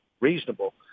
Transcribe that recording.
reasonable